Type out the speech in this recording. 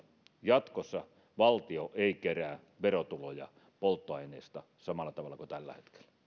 jatkossa että valtio ei kerää verotuloja polttoaineista samalla tavalla kuin tällä hetkellä